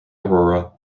aurora